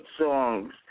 songs